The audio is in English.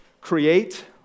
Create